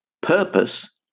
Purpose